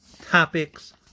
topics